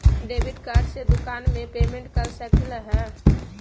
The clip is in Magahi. डेबिट कार्ड से दुकान में पेमेंट कर सकली हई?